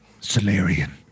Salarian